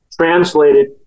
translated